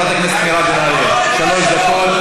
חברת הכנסת מירב בן ארי, שלוש דקות.